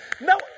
No